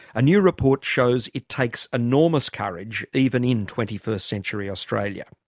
a new report shows it takes enormous courage even in twenty first century australia.